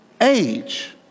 age